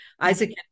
Isaac